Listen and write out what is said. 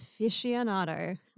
aficionado